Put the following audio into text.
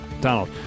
Donald